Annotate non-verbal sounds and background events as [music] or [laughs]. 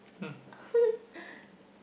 [laughs]